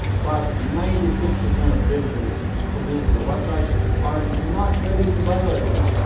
about ninety six percent of visitors who visit your website are not ready to buy right away.